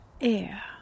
air